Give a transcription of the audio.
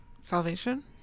Salvation